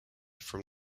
from